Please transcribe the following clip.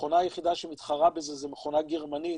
המכונה היחידה שמתחרה בזה היא מכונה גרמנית